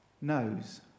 knows